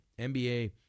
NBA